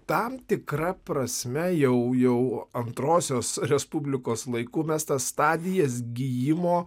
tam tikra prasme jau jau antrosios respublikos laiku mes tą stadijas gijimo